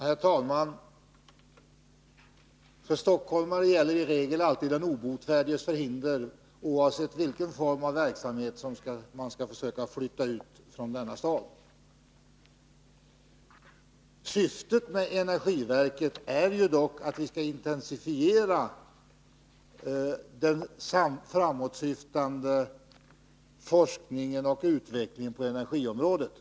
Herr talman! För stockholmare gäller i regel alltid den obotfärdiges förhinder, oavsett vilken form av verksamhet som man skall försöka flytta ut från Stockholm. Syftet med energiverket är dock att intensifiera den framåtsyftande forskningen och utvecklingen på energiområdet.